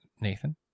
Nathan